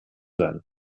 sein